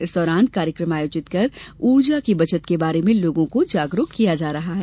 इस दौरान कार्यकम आयोजित कर ऊर्जा की बचत के बारे में लोगों को जागरूक किया जा रहा है